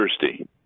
thirsty